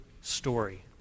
story